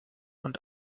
und